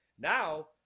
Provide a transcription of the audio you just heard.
Now